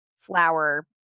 flower